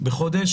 לחודש